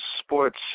sports